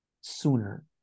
sooner